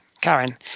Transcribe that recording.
Karen